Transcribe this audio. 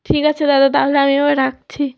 ঠিক আছে দাদা তাহলে আমি এবার রাখছি